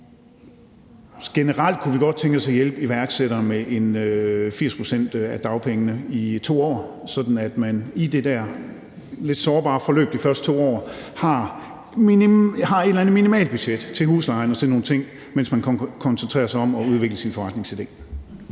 Generelt kunne vi godt tænke os at hjælpe iværksættere med 80 pct. af dagpengene i 2 år, sådan at man i det der lidt sårbare forløb de første 2 år har et eller andet minimalt budget til huslejen og til nogle ting, mens man koncentrerer sig om at udvikle sin forretningsidé.